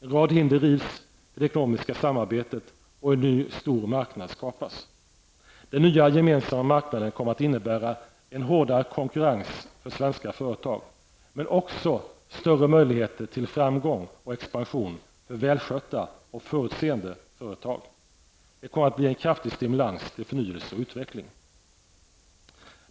En rad hinder rivs för det ekonomiska samarbetet, och en ny stor marknad skapas. Den nya gemensamma marknaden kommer att innebära en hårdare konkurrens för svenska företag, men också större möjligheter till framgång och expansion för välskötta och förutseende företag. Det kommer att bli en kraftig stimulans till förnyelse och utveckling.